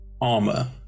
armor